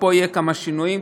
ופה יהיו כמה שינויים.